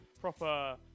Proper